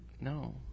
No